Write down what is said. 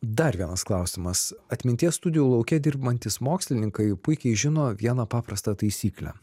dar vienas klausimas atminties studijų lauke dirbantys mokslininkai puikiai žino vieną paprastą taisyklę